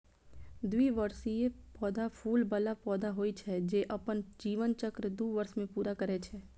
द्विवार्षिक पौधा फूल बला पौधा होइ छै, जे अपन जीवन चक्र दू वर्ष मे पूरा करै छै